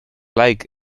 lijk